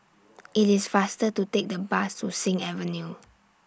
IT IS faster to Take The Bus to Sing Avenue